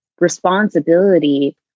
responsibility